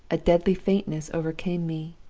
a deadly faintness overcame me.